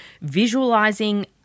visualizing